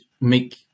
make